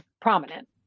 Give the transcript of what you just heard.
prominent